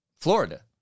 Florida